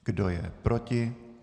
Kdo je proti?